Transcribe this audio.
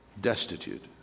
destitute